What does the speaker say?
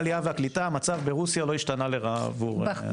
לפי משרד העלייה והקליטה המצב ברוסיה לא השתנה לרעה עבורם.